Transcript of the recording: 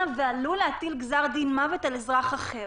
ועלול להטיל גזר דין מוות על אזרח אחר.